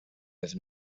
have